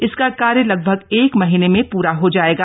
इसका कार्य लगभग एक महीने में पूरा हो जाएगा